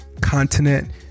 continent